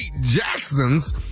Jackson's